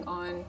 on